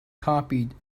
copied